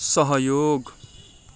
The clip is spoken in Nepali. सहयोग